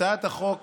הצעת החוק